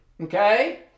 okay